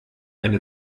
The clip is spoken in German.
eine